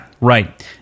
right